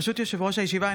ברשות יושב-ראש הישיבה,